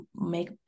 make